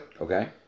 Okay